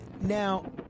Now